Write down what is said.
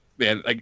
Man